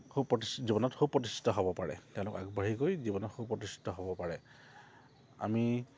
খুব প্ৰতি জীৱনত সুপ্ৰতিষ্ঠিত হ'ব পাৰে তেওঁলোক আগবাঢ়ি গৈ জীৱনত সুপ্ৰতিষ্ঠিত হ'ব পাৰে আমি